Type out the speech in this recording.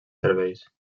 serveis